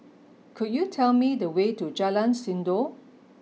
could you tell me the way to Jalan Sindor